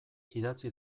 idatzi